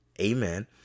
amen